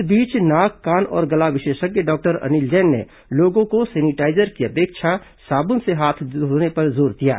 इस बीच नाक कान और गला विशेषज्ञ डॉक्टर अनिल जैन ने लोगों को सेनिटाईजर की अपेक्षा साबुन से हाथ धोने पर जोर दिया है